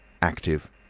active,